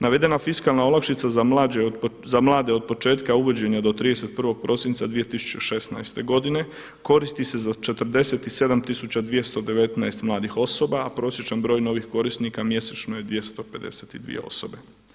Navedena fiskalna olakšica za mlade od početka uvođenja do 31. prosinca 2016. godine koristi se za 47219 mladih osoba, a prosječan broj novih korisnika mjesečno je 252 osobe.